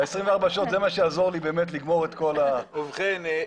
24 שעות זה מה שיעזור לי באמת לגמור את כל ה ובכן,